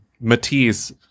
Matisse